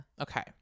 Okay